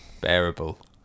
Bearable